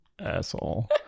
Asshole